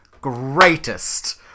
greatest